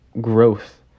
growth